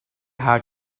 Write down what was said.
had